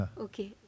Okay